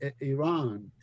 Iran